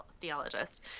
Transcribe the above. theologist